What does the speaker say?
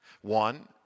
One